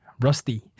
Rusty